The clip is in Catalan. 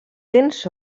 tens